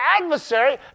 adversary